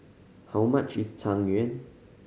how much is Tang Yuen